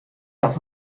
das